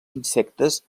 insectes